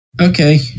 Okay